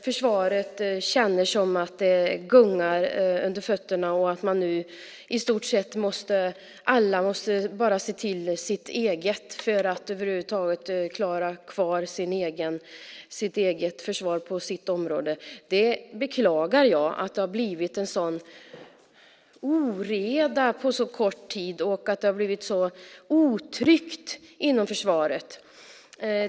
Försvaret känner att det gungar under fötterna och att alla bara måste se till sitt eget för att över huvud taget klara av att ha kvar sitt eget försvar på sitt område. Jag beklagar att det har blivit en sådan oreda på så kort tid och att det har blivit så otryggt inom försvaret.